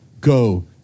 go